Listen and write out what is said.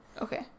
Okay